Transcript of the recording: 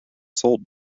sold